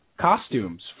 costumes